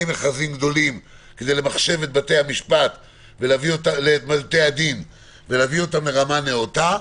מכרזים גדולים כדי למחשב את בתי-הדין ולביא אותם לרמה נאותה.